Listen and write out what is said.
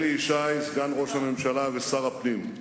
אלי ישי, סגן ראש הממשלה ושר הפנים,